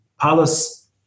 Palace